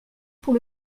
pour